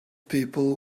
people